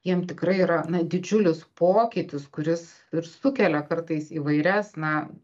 jam tikrai yra na didžiulis pokytis kuris ir sukelia kartais įvairias na